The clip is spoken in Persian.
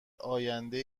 آینده